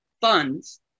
funds